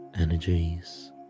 energies